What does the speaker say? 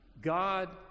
God